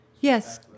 Yes